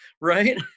right